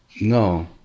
No